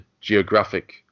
geographic